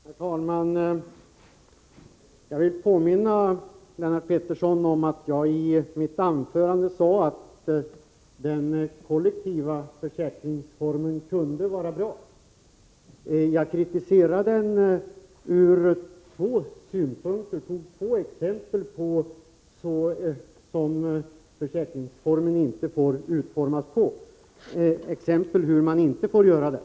Herr talman! Jag vill påminna Lennart Pettersson om att jag i mitt anförande sade att den kollektiva försäkringsformen kunde vara bra. Jag kritiserade försäkringsformen och gav två exempel på hur man inte får utforma den.